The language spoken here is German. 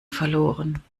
verloren